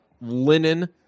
linen